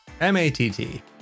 M-A-T-T